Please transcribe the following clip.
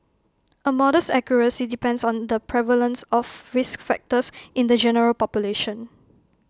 A model's accuracy depends on the prevalence of risk factors in the general population